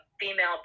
female